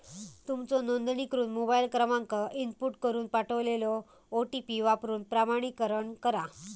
तुमचो नोंदणीकृत मोबाईल क्रमांक इनपुट करून पाठवलेलो ओ.टी.पी वापरून प्रमाणीकरण करा